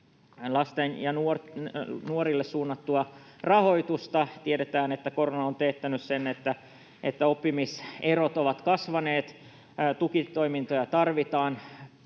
lapsille ja nuorille suunnattua rahoitusta, ja tiedetään, että korona on teettänyt sen, että oppimiserot ovat kasvaneet. Tukitoimintoja tarvitaan